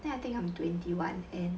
then I think I'm twenty one N